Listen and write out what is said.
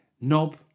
knob